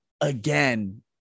again